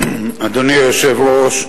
אדוני היושב-ראש,